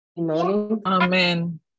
Amen